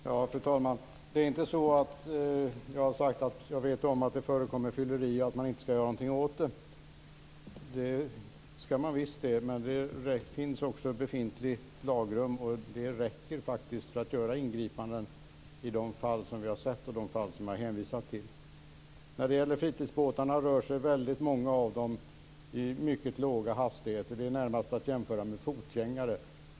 Fru talman! Det är inte så att jag har sagt att jag vet att det förekommer fylleri men att man inte skall göra någonting åt det. Det skall man visst göra. Men det befintliga lagrummet räcker faktiskt för att göra ingripanden i de fall som vi har sett och i de fall som jag har hänvisat till. När det gäller fritidsbåtarna rör sig väldigt många av dem i mycket låga hastigheter. De är närmast att jämföra med fotgängare.